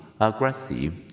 aggressive